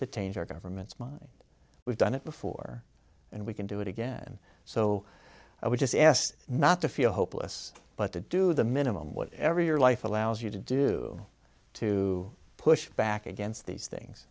taint our government's money we've done it before and we can do it again so we just asked not to feel hopeless but to do the minimum whatever your life allows you to do to push back against these things